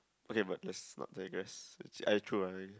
okay but let's not digress it's I true ah I